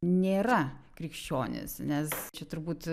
nėra krikščionis nes čia turbūt